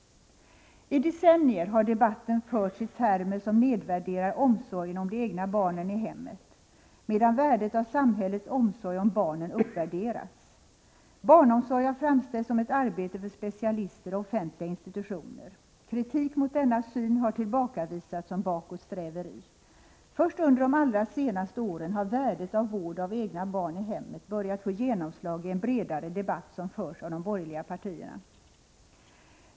I decennier har debatten förts i termer som nedvärderar omsorgen om de egna barnen i hemmet, medan värdet av samhällets omsorg om barnen uppvärderats. Barnomsorg har framställts som ett arbete för specialister och offentliga institutioner. Kritik mot denna syn har tillbakavisats som bakåtsträveri. Först under de allra senaste åren har värdet av vård av egna barn i hemmet börjat få genomslag i en bredare debatt, som förs av de borgerliga partierna.